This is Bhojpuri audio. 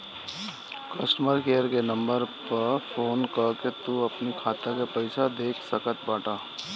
कस्टमर केयर के नंबर पअ फोन कअ के तू अपनी खाता के पईसा देख सकत बटअ